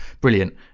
Brilliant